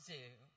zoo